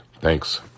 Thanks